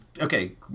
Okay